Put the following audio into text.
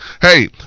hey